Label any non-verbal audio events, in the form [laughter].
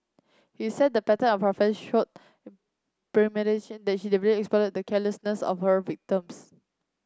he said the pattern of her [unintelligible] showed premeditation in that she deliberately exploited the carelessness of her victims